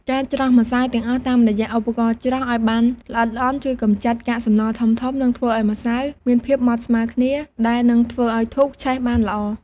ការច្រោះម្សៅទាំងអស់តាមរយៈឧបករណ៍ច្រោះឱ្យបានល្អិតល្អន់ជួយកម្ចាត់កាកសំណល់ធំៗ និងធ្វើឱ្យម្សៅមានភាពម៉ដ្ឋស្មើគ្នាដែល នឹងធ្វើឱ្យធូបឆេះបានល្អ។